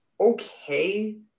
okay